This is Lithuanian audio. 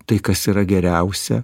tai kas yra geriausia